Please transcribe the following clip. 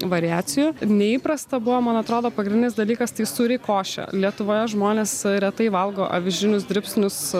variacijų neįprasta buvo man atrodo pagrindinis dalykas tai sūri košė lietuvoje žmonės retai valgo avižinius dribsnius